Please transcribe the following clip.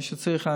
למי שצריך,